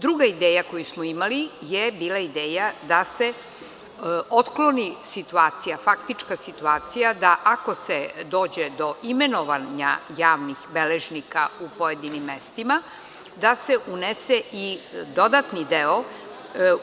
Druga ideja koju smo imali je bila ideja da se otkloni faktička situacija da ako se dođe do imenovanja javnih beležnika u pojedinim mestima, da se unese i dodatni deo